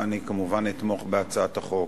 ואני אתמוך כמובן בהצעת החוק.